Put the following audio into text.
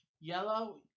yellow